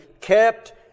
kept